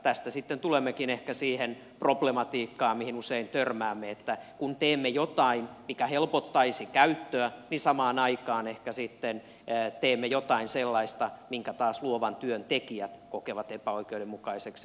tästä sitten tulemmekin ehkä siihen problematiikkaan mihin usein törmäämme että kun teemme jotain mikä helpottaisi käyttöä niin samaan aikaan ehkä sitten teemme jotain sellaista minkä taas luovan työn tekijät kokevat epäoikeudenmukaiseksi